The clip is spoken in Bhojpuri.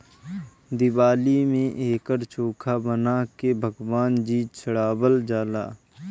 दिवाली में एकर चोखा बना के भगवान जी चढ़ावल जाला